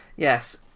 Yes